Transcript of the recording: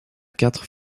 quatre